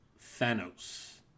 thanos